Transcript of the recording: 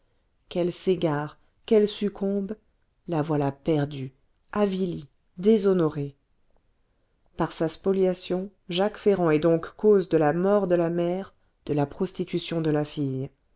qu'elle s'égare qu'elle succombe la voilà perdue avilie déshonorée par sa spoliation jacques ferrand est donc cause de la mort de la mère de la prostitution de la fille